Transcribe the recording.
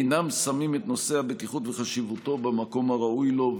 אינם שמים את נושא הבטיחות וחשיבותו במקום הראוי לו,